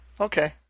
okay